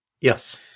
Yes